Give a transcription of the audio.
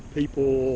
people